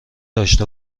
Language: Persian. داشته